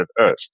Earth